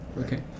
okay